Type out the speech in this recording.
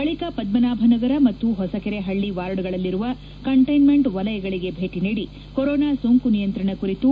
ಬಳಿಕ ಪದ್ಧನಾಭ ನಗರ ಮತ್ತು ಹೊಸಕೆರೆ ಹಳ್ಳಿ ವಾರ್ಡ್ಗಳಲ್ಲಿರುವ ಕಂಟೈನ್ಮೆಂಟ್ ವಲಯಗಳಿಗೆ ಭೇಟಿ ನೀಡಿ ಕೊರೋನಾ ಸೋಂಕು ನಿಯಂತ್ರಣ ಕುರಿತು